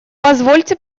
позвольте